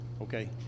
Okay